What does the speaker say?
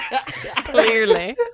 Clearly